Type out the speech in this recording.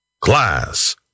Class